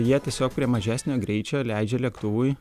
jie tiesiog prie mažesnio greičio leidžia lėktuvui